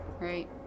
Right